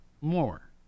more